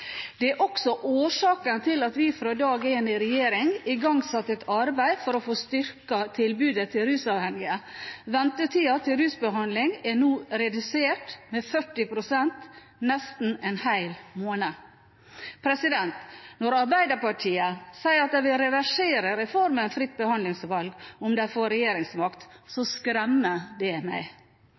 Det er også årsaken til at vi fra dag én i regjering igangsatte et arbeid for å få styrket tilbudet til rusavhengige. Ventetiden til rusbehandling er nå redusert med 40 pst. – nesten en hel måned. Når Arbeiderpartiet sier de vil reversere reformen fritt behandlingsvalg om de får regjeringsmakt, skremmer det meg